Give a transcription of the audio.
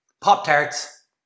Pop-tarts